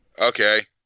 Okay